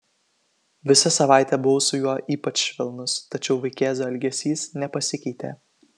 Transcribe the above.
visą savaitę buvau su juo ypač švelnus tačiau vaikėzo elgesys nepasikeitė